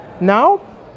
Now